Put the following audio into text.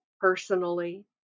personally